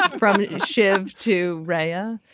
ah from shiv to raya.